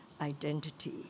identity